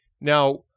Now